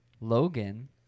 Logan